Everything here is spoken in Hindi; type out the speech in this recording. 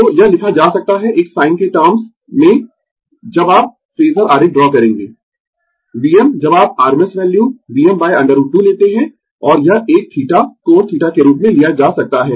तो यह लिखा जा सकता है एक sin के टर्म्स है जब आप फेजर आरेख ड्रा करेंगें Vm जब आप rms वैल्यू Vm √ 2 लेते है और यह एक θ कोण θ के रूप में लिया जा सकता है